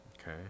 Okay